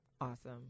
awesome